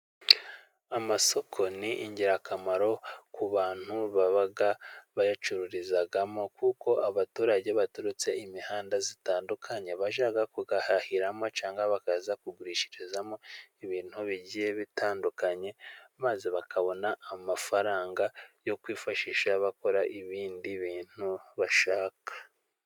Amasoko ni ingirakamaro ku bantu baba bayacururizamo, kuko abaturage baturutse imihanda itandukanye bajya kuyahahiramo, cyangwa bakaza kugurishirizamo ibintu bigiye bitandukanye, maze bakabona amafaranga yo kwifashisha bakora ibindi bintu bashaka.